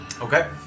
Okay